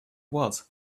was